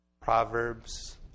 proverbs